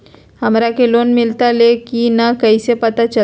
हमरा के लोन मिलता ले की न कैसे पता चलते?